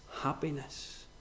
happiness